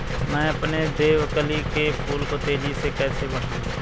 मैं अपने देवकली के फूल को तेजी से कैसे बढाऊं?